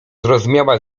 zrozumiała